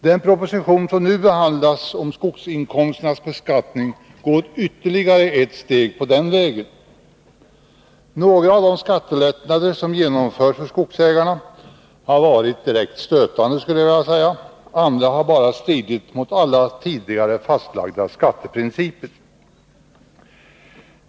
Den proposition som nu lagts om skogsinkomsternas beskattning går ytterligare ett steg på den vägen. Några av de skattelättnader som genomförts för skogsägarna har varit — skulle jag vilja säga — direkt stötande. Andra har bara stridit mot alla tidigare fastlagda skatteprinciper.